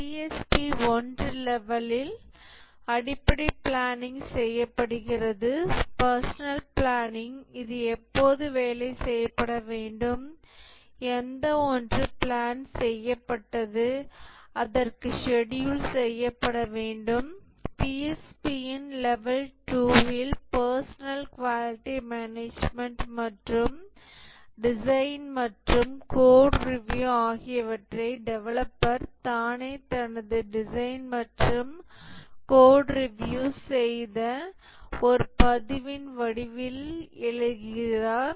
PSP 1 லெவலில் அடிப்படை planning செய்யப்படுகிறது பர்சனல் பிளானிங் இது எப்போது வேலை செய்யப்பட வேண்டும் எந்த ஒன்று பிளான் செய்யப்பட்டது அதற்கு ஸ்கெடியூல் செய்யப்பட வேண்டும் PSP இன் லெவல் 2 இல் பர்சனல் குவாலிட்டி மேனேஜ்மென்ட் மற்றும் டிசைன் மற்றும் கோட் ரிவ்யூ ஆகியவற்றை டெவலப்பர் தானே தனது டிசைன் மற்றும கோட் ரிவ்யூ செய்து ஒரு பதிவின் வடிவத்தில் எழுதுகிறார்